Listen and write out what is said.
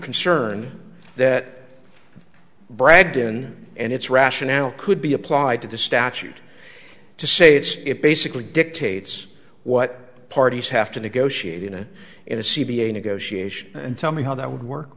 concerned that brad didn't and it's rationale could be applied to the statute to say it's it basically dictates what parties have to negotiate in a in a c b a negotiation and tell me how that would work